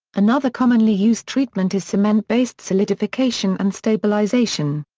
another commonly used treatment is cement based solidification and stabilization.